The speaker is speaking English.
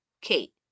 Kate